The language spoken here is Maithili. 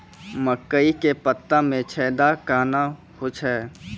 मकई के पत्ता मे छेदा कहना हु छ?